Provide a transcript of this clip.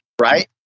right